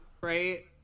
right